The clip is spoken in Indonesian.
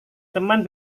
teman